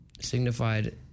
signified